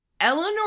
Eleanor